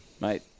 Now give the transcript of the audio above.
mate